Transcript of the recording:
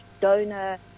donor